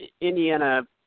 Indiana